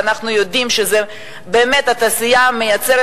ואנחנו יודעים שזו באמת התעשייה שמייצרת